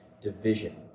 division